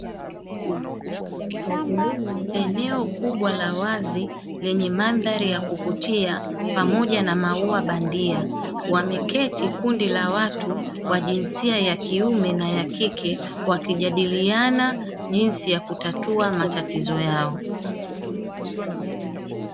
Eneo kubwa la wazi lenye mandhari ya kuvutia pamoja na maua bandia, wameketi kundi la watu wa jinsia ya kiume na ya kike wakijadiliana, jinsi ya kutatua matatizo yao.